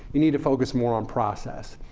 you need to focus more on process.